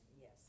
Yes